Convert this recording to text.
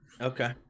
Okay